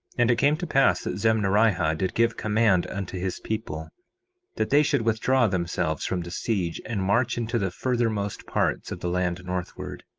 and it came to pass that zemnarihah did give command unto his people that they should withdraw themselves from the siege, and march into the furthermost parts of the land northward.